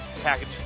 package